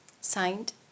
signed